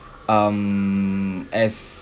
um as